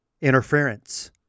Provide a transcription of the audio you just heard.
interference